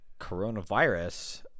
coronavirus